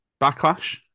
Backlash